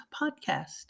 Podcast